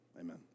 Amen